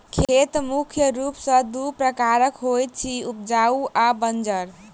खेत मुख्य रूप सॅ दू प्रकारक होइत अछि, उपजाउ आ बंजर